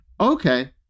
Okay